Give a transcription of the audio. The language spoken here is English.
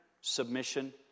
submission